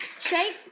shape